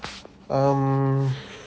um